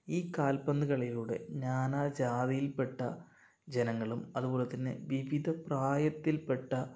ഈ കാൽപ്പന്തു കളിയിലൂടെ നാനാ ജാതിയിൽപ്പെട്ട ജനങ്ങളും അതുപോലെത്തന്നെ വിവിധ പ്രായത്തിൽപ്പെട്ട